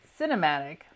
cinematic